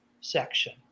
section